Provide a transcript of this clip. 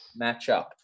matchup